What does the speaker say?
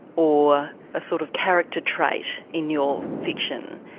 or a sort of character trait in your fiction,